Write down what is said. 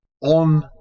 on